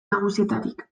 nagusietarik